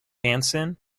hanson